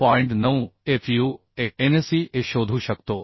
9 Fu anc anc शोधू शकतो